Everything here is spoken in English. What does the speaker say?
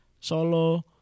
Solo